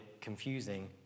confusing